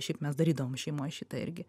šiaip mes darydavom šeimoj šitą irgi